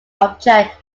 object